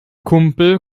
kumpel